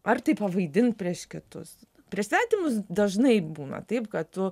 ar tai pavaidint prieš kitus prieš svetimus dažnai būna taip kad